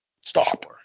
Stop